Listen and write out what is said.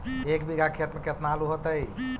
एक बिघा खेत में केतना आलू होतई?